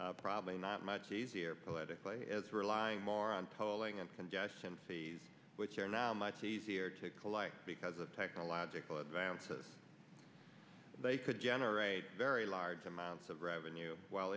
probably not much easier politically as relying more on polling and congestion seas which are now much easier to collect because of technological advances they could generate very large amounts of revenue while